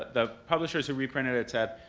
the publishers who re-printed it said,